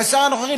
והשר הנוכחי,